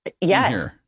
Yes